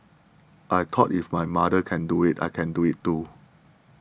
I thought if my mother can do it I can do it too